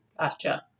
gotcha